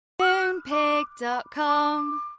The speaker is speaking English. Moonpig.com